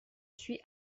suis